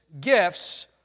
Gifts